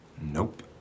Nope